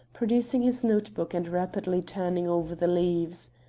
producing his note-book and rapidly turning over the leaves.